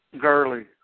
Gurley